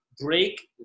break